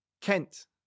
Kent